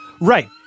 Right